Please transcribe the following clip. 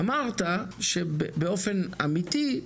אמרת שבאופן אמיתי,